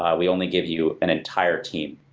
ah we only give you an entire team.